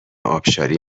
ابشاری